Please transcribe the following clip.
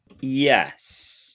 Yes